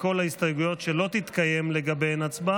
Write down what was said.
על איזה הסתייגויות תרצי להצביע?